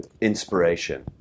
inspiration